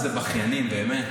איזה בכיינים, באמת.